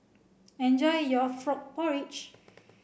enjoy your frog porridge